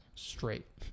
straight